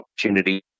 opportunity